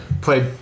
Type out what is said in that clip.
played